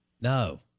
no